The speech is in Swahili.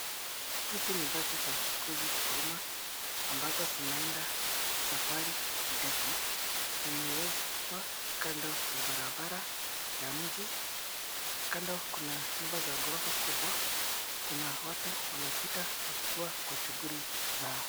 Hizi ni basi za uchukuzi ambazo zinaenda safari ndefu. Zimeegeshwa kando ya barabara ya mji. Kando kuna nyumba za ghorofa kubwa. Kuna watu wanapita wakiwa kwa shughuli zao.